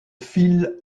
phil